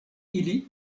ili